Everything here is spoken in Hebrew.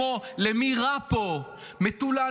כמו "למי רע פה?" "מטולה,